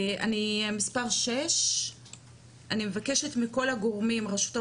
אני מבקשת מכל הגורמים, רשות האוכלוסין,